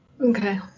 Okay